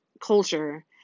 culture